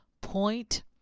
Point